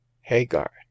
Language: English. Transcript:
hagar